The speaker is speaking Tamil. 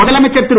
முதலமைச்சர் திரு